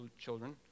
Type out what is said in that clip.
children